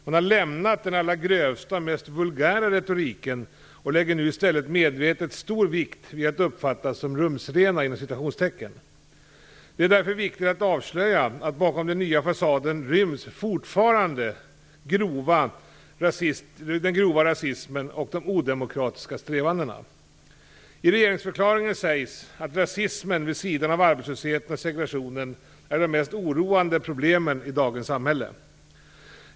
Man har lämnat den allra grövsta och mest vulgära retoriken och lägger nu i stället medvetet stor vikt vid att uppfattas som "rumsrena". Det är därför viktigt att avslöja, att bakom den nya fasaden ryms fortfarande den grova rasismen och de odemokratiska strävandena. I regeringsförklaringen sägs att rasismen, vid sidan av arbetslösheten och segregationen, är det mest oroande problemet i dagens samhälle.